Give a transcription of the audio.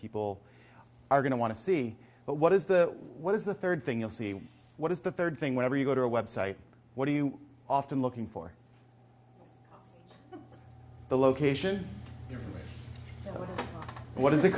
people are going to want to see but what is the what is the third thing you'll see what is the third thing whenever you go to a website what do you often looking for the location you know what does it